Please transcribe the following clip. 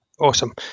awesome